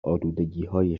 الودگیهای